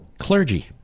clergy